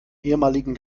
ehemaligen